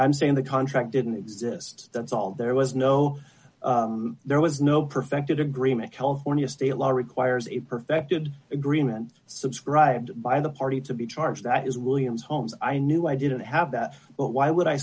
i'm saying the contract didn't exist that's all there was no there was no perfect agreement california state law requires a perfected agreement subscribed by the party to be charged that is williams holmes i knew i didn't have that but why would i